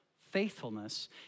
faithfulness